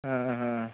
ಹಾಂ ಹಾಂ ಹಾಂ